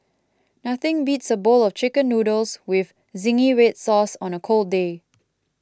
nothing beats a bowl of Chicken Noodles with Zingy Red Sauce on a cold day